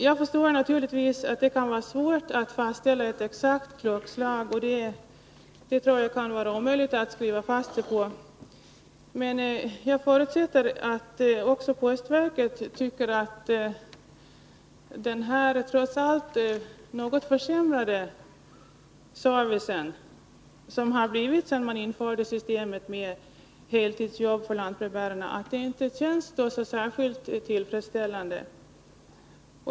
Jag förstår att det kan vara svårt att bestämma ett exakt klockslag, men jag förutsätter att inte heller postverket tycker att det är tillfredsställande att servicen trots allt har försämrats något sedan man införde systemet med heltidsjobb för lantbrevbärarna.